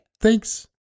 Thanks